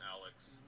Alex